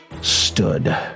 stood